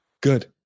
Good